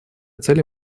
целью